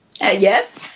Yes